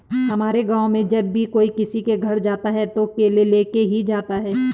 हमारे गाँव में जब भी कोई किसी के घर जाता है तो केले लेके ही जाता है